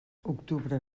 octubre